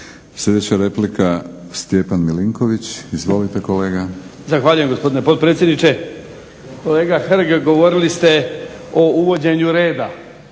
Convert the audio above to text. Sljedeća replika Stjepan MIlinković. Izvolite kolega. **Milinković, Stjepan (HDZ)** Zahvaljujem gospodine potpredsjedniče. Kolega Hrg govorili ste o uvođenju reda